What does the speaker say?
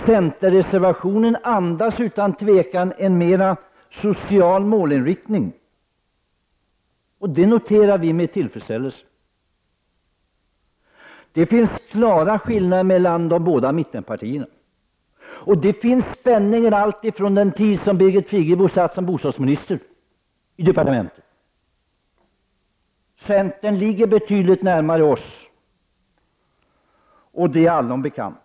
Centerreservationen andas utan tvekan en mera social målinriktning. Det noterar vi med tillfredsställelse. Det finns klara skillnader mellan de båda mittenpartierna, och det finns spänningar alltifrån den tid då Birgit Friggebo satt som bostadsminister i departementet. Centern ligger betydligt närmare oss, det är allom bekant.